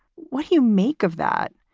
what do you make of that?